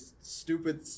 stupid